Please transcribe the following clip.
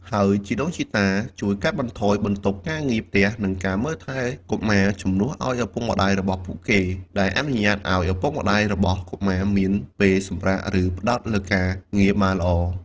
ហើយជីដូនជីតាជួយកាត់បន្ថយបន្ទុកការងារផ្ទះ និងការមើលថែកុមារ ជំនួសឪពុកម្តាយរបស់ពួកគេ ដែលអនុញ្ញាតឱ្យឪពុកម្តាយរបស់កុមារមានពេលសម្រាក ឬផ្តោតលើការងារបានល្អ។